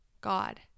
God